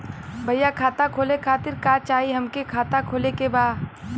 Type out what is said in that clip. भईया खाता खोले खातिर का चाही हमके खाता खोले के बा?